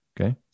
Okay